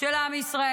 של עם ישראל,